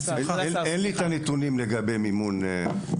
אין לי את הנתונים לגבי המימון.